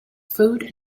food